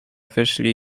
wyszli